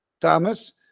thomas